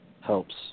helps